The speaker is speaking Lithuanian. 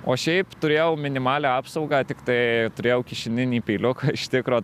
o šiaip turėjau minimalią apsaugą tiktai turėjau kišeninį peiliuką iš tikro